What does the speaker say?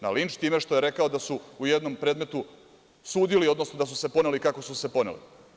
Na linč, time što je rekao da su u jednom predmetu sudili, odnosno da su se poneli, kako su se poneli.